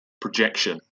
projection